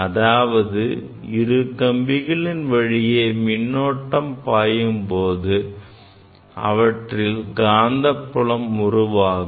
அதாவது இரு கம்பிகளின் வழியே மின்னோட்டம் பாயும் போது அவற்றில் காந்தப்புலம் உருவாகும்